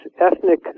ethnic